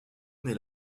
n’est